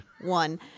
One